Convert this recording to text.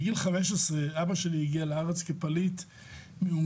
בגיל 15 אבא שלי הגיע לארץ כפליט מהונגריה,